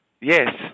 Yes